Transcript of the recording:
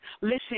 Listen